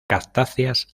cactáceas